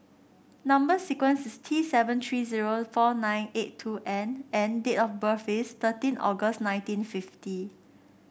number sequence is T seven three zero four nine eight two N and date of birth is thirteen August nineteen fifty